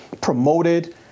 promoted